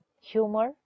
humor